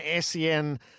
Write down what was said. SEN